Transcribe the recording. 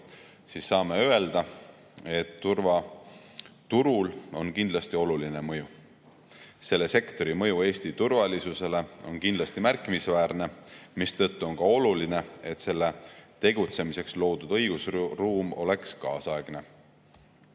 siis saame öelda, et turvaturul on kindlasti oluline mõju. Selle sektori mõju Eesti turvalisusele on kindlasti märkimisväärne, mistõttu on oluline, et selles tegutsemiseks loodud õigusruum oleks kaasaegne. Uus